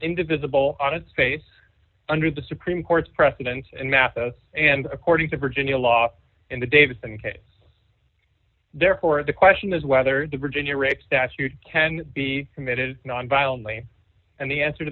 visible on its face under the supreme court's precedents and massa and according to virginia law in the davis and therefore the question is whether the virginia rape statute can be committed nonviolently and the answer to